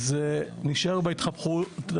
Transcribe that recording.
אז נשאר בהתחפרויות.